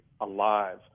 alive